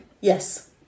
Yes